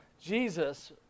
Jesus